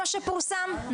שפורסם.